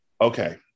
okay